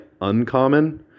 uncommon